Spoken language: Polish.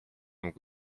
mógł